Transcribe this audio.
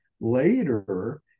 later